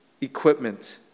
equipment